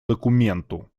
документу